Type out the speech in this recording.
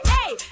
Hey